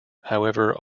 however